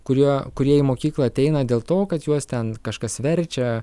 kurie kurie į mokyklą ateina dėl to kad juos ten kažkas verčia